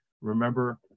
remember